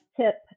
tip